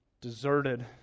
deserted